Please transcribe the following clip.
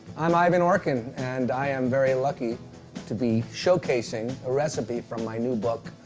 i'm ivan orkin, and i am very lucky to be showcasing a recipe from my new book,